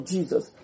Jesus